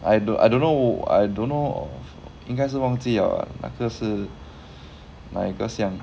I don't I don't know I don't know 应该是忘记了啦那个是哪一个巷